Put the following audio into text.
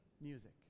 music